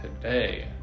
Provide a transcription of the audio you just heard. today